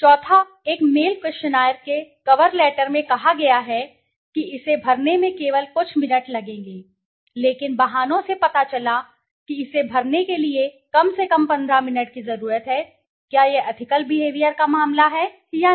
चौथा एक mail questionnaire के कवर लेटर में कहा गया है कि इसे भरने में केवल कुछ मिनट लगेंगे लेकिन बहानों से पता चला है कि इसे भरने के लिए कम से कम पंद्रह मिनट की जरूरत है क्या यह एथिकल बिहेवियर का मामला है या नहीं